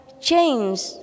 change